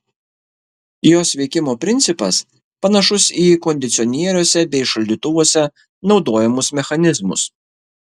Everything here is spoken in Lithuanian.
jos veikimo principas panašus į kondicionieriuose bei šaldytuvuose naudojamus mechanizmus